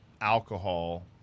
alcohol